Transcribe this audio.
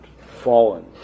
fallen